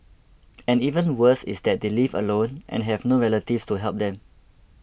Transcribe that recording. and even worse is that they live alone and have no relatives to help them